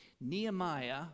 nehemiah